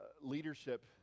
leadership